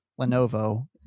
Lenovo